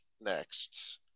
next